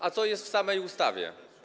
A co jest w samej ustawie?